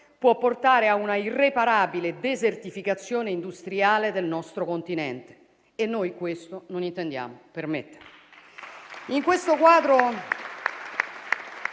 può portare a una irreparabile desertificazione industriale del nostro continente: e noi questo non intendiamo permetterlo.